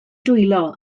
dwylo